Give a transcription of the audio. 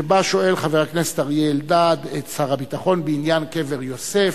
שבה שואל חבר הכנסת אריה אלדד את שר הביטחון בעניין קבר יוסף.